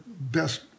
best